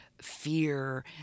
fear